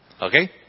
okay